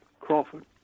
Crawford